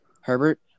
Herbert